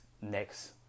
next